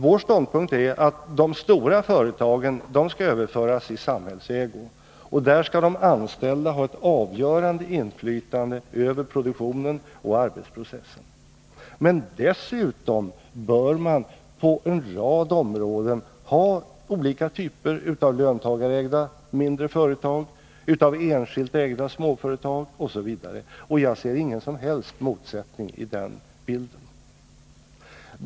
Vår ståndpunkt är att de stora företagen skall överföras i samhällets ägo. Där skall de anställda ha ett avgörande inflytande över produktionen och arbetsprocessen. Men dessutom bör man på en rad områden ha olika typer av löntagarägda mindre företag, av enskilt ägda småföretag osv. Jag ser ingen som helst motsättning i den bilden.